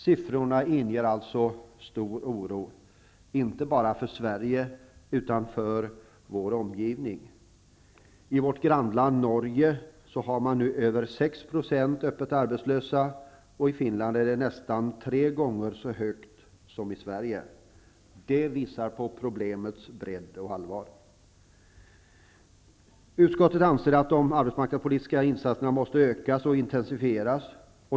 Siffrorna inger alltså stor oro, inte bara för Sverige utan också för vår omgivning. I vårt grannland Norge finns det nu över 6 % öppet arbetslösa. I Finland är arbetslösheten nästan tre gånger så hög som i Sverige. Det här visar på problemets bredd och allvar. Utskottet anser att de arbetsmarknadspolitiska insatserna måste utökas och intensifieras.